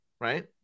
right